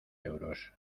euros